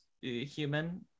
human